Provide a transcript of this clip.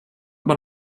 man